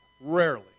Rarely